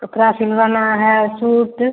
कपड़ा सिलवाना है सूट